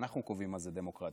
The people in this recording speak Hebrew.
אנחנו קובעים מה זה דמוקרטיה,